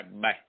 Bye